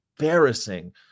embarrassing